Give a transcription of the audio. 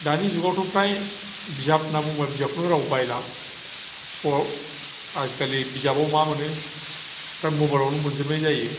दानि जुगावथ' फ्राय बिजाब होनना बुङोबा बिजाबखौनो रावबो बायला आजिखालि बिजाबाव मा मोनो फ्राय मबाइलावनो मोनजोबनाय जायो